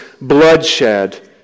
bloodshed